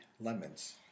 lemons